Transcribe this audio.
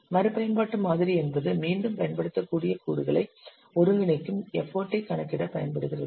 மறுபயன்பாட்டு மாதிரி என்பது மீண்டும் பயன்படுத்தக்கூடிய கூறுகளை ஒருங்கிணைக்கும் எஃபர்ட் ஐ கணக்கிட பயன்படுகிறது